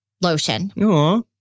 Lotion